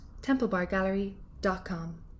templebargallery.com